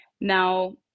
now